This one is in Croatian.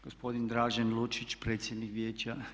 Gospodin Dražen Lučić, predsjednik Vijeća.